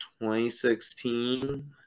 2016